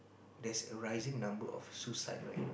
there's a rising number of suicide right now